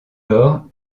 lors